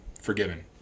forgiven